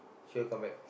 sure come back